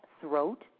Throat